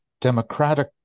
Democratic